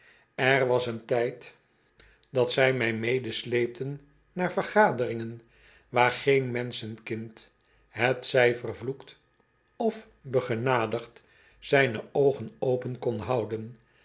er was een tijd dat zij mij medesleepten naar vergaderingen waar geen menschenkind hetzij vervloekt of begenadigd zyne oogen open kon houden